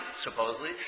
supposedly